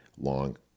long